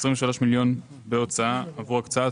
23 מיליון שקלים בהוצאה עבור הקצאת